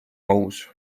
aus